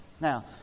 Now